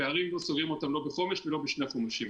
פערים, לא סוגרים אותם לא בחומש ולא בשני חומשים.